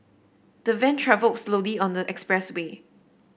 the van travelled slowly on the expressway